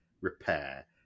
repair